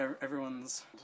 everyone's